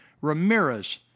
Ramirez